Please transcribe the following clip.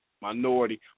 minority